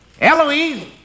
Eloise